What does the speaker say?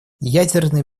ядерная